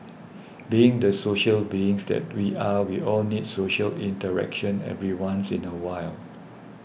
being the social beings that we are we all need social interaction every once in a while